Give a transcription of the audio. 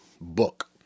book